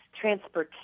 transportation